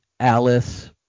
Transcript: Alice